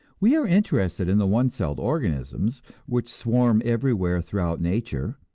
we are interested in the one-celled organisms which swarm everywhere throughout nature,